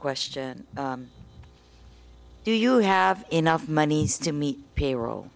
question do you have enough money to meet payroll